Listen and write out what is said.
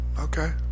Okay